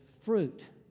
fruit